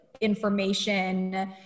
information